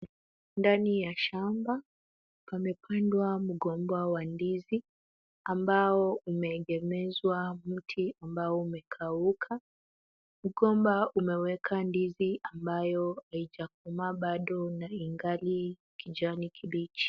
Ndani ya shamba kumepandwa mgomba wa ndizi ambao umeegemezwa mti ambao umekauka. Mgomba umeweka ndizi ambayo haijakomaa bado na ingali kijani kibichi.